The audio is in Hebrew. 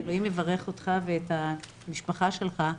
שאלוהים יברך אותך ואת המשפחה שלך,